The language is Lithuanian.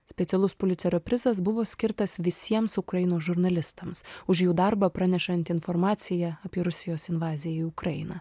specialus pulicerio prizas buvo skirtas visiems ukrainos žurnalistams už jų darbą pranešant informaciją apie rusijos invaziją į ukrainą